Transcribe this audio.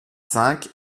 cinq